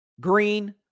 Green